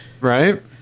right